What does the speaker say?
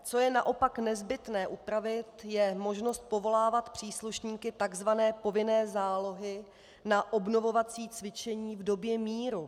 Co je naopak nezbytné upravit, je možnost povolávat příslušníky takzvané povinné zálohy na obnovovací cvičení v době míru.